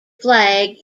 flag